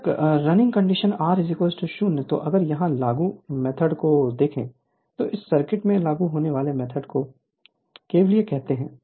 बेशक running condition R 0 तो अगर यहां लागू मेथड को को देखें तो इस सर्किट में लागू होने वाले मेथड को केवीएल कहते हैं